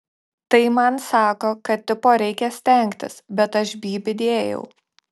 tai man sako kad tipo reikia stengtis bet aš bybį dėjau